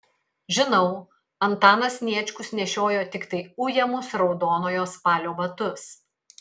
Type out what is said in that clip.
žinau antanas sniečkus nešiojo tiktai ujamus raudonojo spalio batus